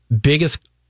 biggest